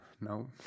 no